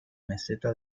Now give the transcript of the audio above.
meseta